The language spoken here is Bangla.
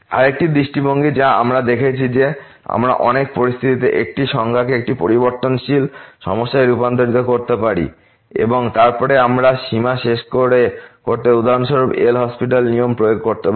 আরেকটি দৃষ্টিভঙ্গি যা আমরা দেখেছি যে আমরা অনেক পরিস্থিতিতে একটি সংখ্যাকে একটি পরিবর্তনশীল সমস্যায় রূপান্তর করতে পারি এবং তারপরে আমরা সীমা শেষ করতে উদাহরণস্বরূপ LHospital নিয়ম প্রয়োগ করতে পারি